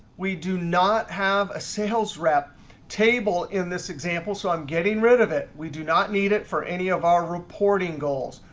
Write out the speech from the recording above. we do not have a sales rep table in this example, so i'm getting rid of it. we do not need it for any of our reporting goals.